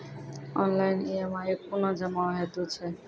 Online EMI कूना जमा हेतु छै?